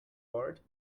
bored